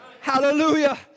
Hallelujah